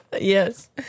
Yes